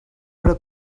però